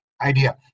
idea